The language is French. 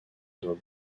doit